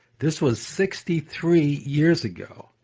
this was sixty three years ago.